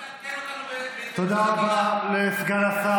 רק תעדכן אותנו בהתפתחות החקירה.